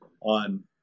on